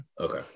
Okay